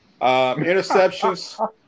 Interceptions